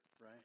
right